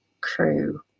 crew